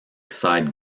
side